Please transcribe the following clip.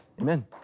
Amen